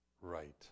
right